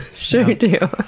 sure do.